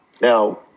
Now